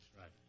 right